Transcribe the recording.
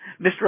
Mr